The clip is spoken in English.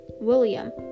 William